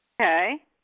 Okay